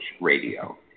Radio